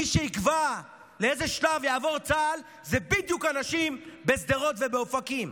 מי שיקבע לאיזה שלב יעבור צה"ל זה בדיוק הנשים בשדרות ובאופקים,